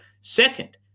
Second